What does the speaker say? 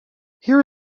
here